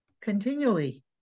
continually